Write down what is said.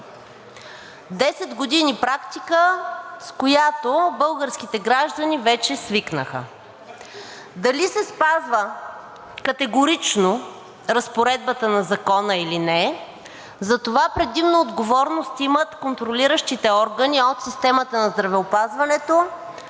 години практика, с която българските граждани вече свикнаха. Дали се спазва категорично разпоредбата на Закона или не, за това отговорност имат предимно контролиращите органи от системата на здравеопазването